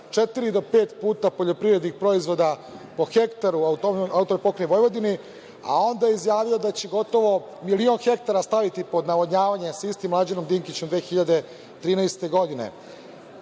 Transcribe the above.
pet puta poljoprivrednih proizvoda po hektaru AP Vojvodini, a onda je izjavio da će gotovo milion hektara staviti pod navodnjavanje, sa istim Mlađanom Dinkićem 2013. godine. Prošlo